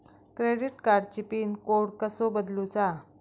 Credit कार्डची pin code कसो बदलुचा?